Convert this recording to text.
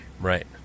Right